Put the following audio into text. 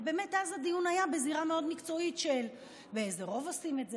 ובאמת אז הדיון היה בזירה מאוד מקצועית של באיזה רוב עושים את זה,